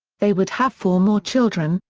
they would have four more children,